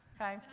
okay